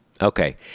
Okay